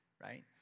right